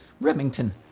Remington